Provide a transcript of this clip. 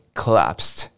collapsed